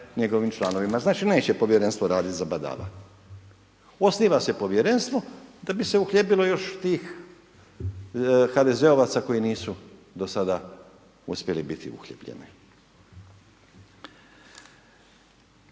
njegovim članovima. Znači neće povjerenstvo raditi za badava? Osniva se povjerenstvo da bi se uhljebilo još tih HDZ-ovaca koji nisu do sada uspjeli biti uhljebljeni.